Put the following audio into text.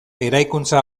eraikuntza